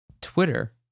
Twitter